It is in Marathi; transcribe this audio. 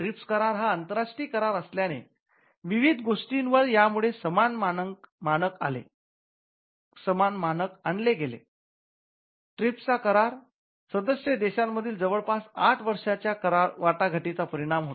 ट्रिप्स करार सदस्य देशांमधील जवळपास आठ वर्षांच्या वाटाघाटीचा परिणाम होता